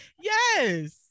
yes